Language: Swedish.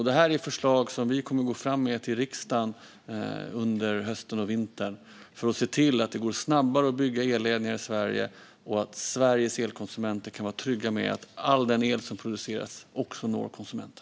Det här är förslag som vi kommer att gå fram med till riksdagen under hösten och vintern för att se till att det går snabbare att bygga elledningar i Sverige och att Sveriges elkonsumenter kan vara trygga med att all den el som produceras också når konsumenterna.